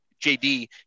JD